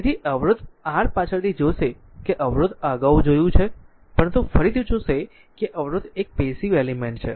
તેથી અવરોધ r પાછળથી જોશે કે અવરોધ અગાઉ જોયું છે પરંતુ ફરીથી જોશે કે અવરોધ એક પેસીવ એલિમેન્ટ છે